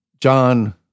John